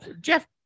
Jeff